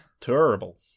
Terrible